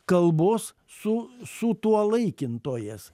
kalbos su sutuolaikintojas